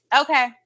Okay